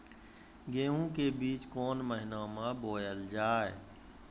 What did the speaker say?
गेहूँ के बीच कोन महीन मे बोएल जाए?